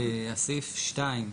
סעיף (2),